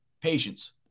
Patience